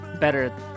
better